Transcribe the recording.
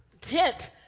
tent